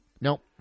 Nope